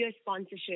sponsorship